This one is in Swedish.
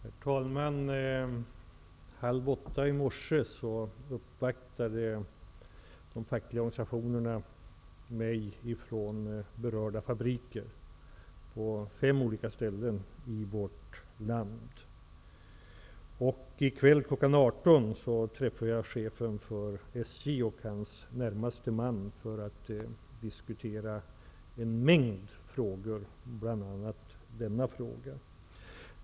Herr talman! Kl. 07.30 i morse uppvaktade de berörda fabrikernas fackliga organisationer mig. Det var representanter från fem olika ställen i vårt land. I kväll kl. 18.00 skall jag träffa chefen för SJ och hans närmaste man för att diskutera en mängd frågor, bl.a. denna fråga.